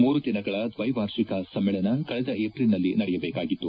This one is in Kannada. ಮೂರು ದಿನಗಳ ದ್ವೈವಾರ್ಷಿಕ ಸಮ್ನೇಳನ ಕಳೆದ ಏಪ್ರಿಲ್ನಲ್ಲಿ ನಡೆಯಬೇಕಾಗಿತ್ತು